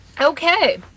Okay